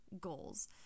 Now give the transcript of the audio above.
goals